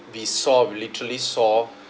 we saw we literally saw